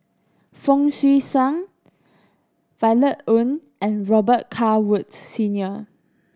Fong Swee Suan Violet Oon and Robet Carr Woods Senior